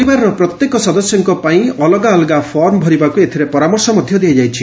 ପରିବାରର ପ୍ରତ୍ୟେକ ସଦସ୍ୟଙ୍କ ପାଇଁ ଅଲଗା ଅଲଗା ଫର୍ମ ଭରିବାକୁ ଏଥିରେ ପରାମର୍ଶ ଦିଆଯାଇଛି